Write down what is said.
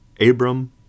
Abram